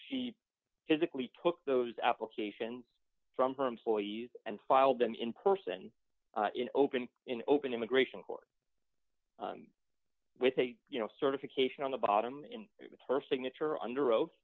she physically took those applications from her employees and filed them in person in open in open immigration court with a you know certification on the bottom in her signature under oath